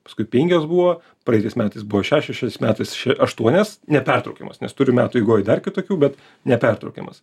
paskui penkios buvo praeitais metais buvo šešios šiais metais ši aštuonias nepertraukiamas nes turiu metų eigoj dar kitokių bet nepertraukiamas